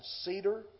cedar